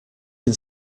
can